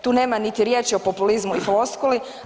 Tu nema niti riječi o populizmu i floskuli.